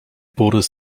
borders